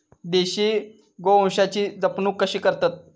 देशी गोवंशाची जपणूक कशी करतत?